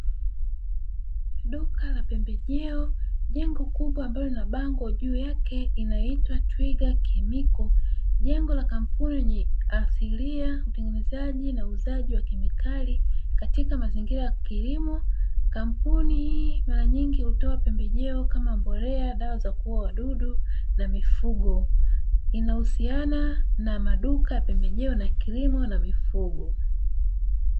Duka la pembejeo, jengo kubwa ambalo lina bango juu yake inaitwa "TWIGA CHEMICAL". Jengo la kampuni asilia, utengenezaji na uuzaji wa kemikali katika mazingira ya kilimo. Kampuni hii mara nyingi hutoa pembejeo kama mbolea, dawa za kuua wadudu na mifugo. Inahusiana na maduka ya pembejeo za kilimo na mifugo.